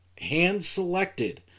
hand-selected